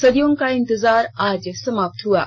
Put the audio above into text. सदियों का इंतजार आज समाप्त हुआ है